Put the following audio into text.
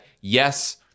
yes